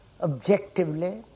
objectively